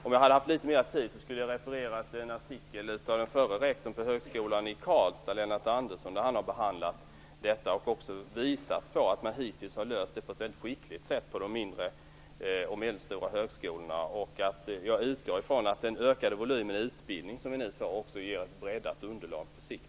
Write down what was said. Om jag hade haft litet mer tid på mig skulle jag ha refererat en artikel av den förre rektorn för högskolan i Karlstad, Lennart Andersson, där han har behandlat detta och visat på att man hittills har löst detta på ett väldigt skickligt sätt på de mindre och medelstora högskolorna. Jag utgår från att den ökade volymen i utbildning som vi nu får också ger ett breddat underlag på sikt.